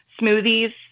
smoothies